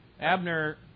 Abner